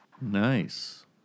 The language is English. Nice